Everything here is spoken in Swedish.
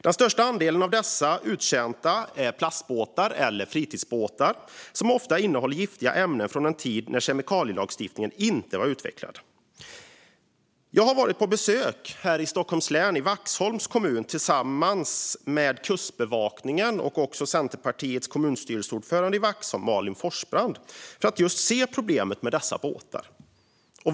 Den största andelen är uttjänta plastbåtar och fritidsbåtar som ofta innehåller giftiga ämnen från en tid när kemikalielagstiftningen inte var lika utvecklad. Jag besökte Vaxholms kommun i Stockholms län tillsammans med Kustbevakningen och kommunstyrelsens centerpartistiska ordförande Malin Forsbrand för att själv se problemet med dessa båtar.